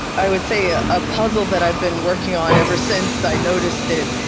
i would say a ah puzzle that i've been working on ever since i noticed it,